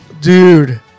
Dude